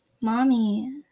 mommy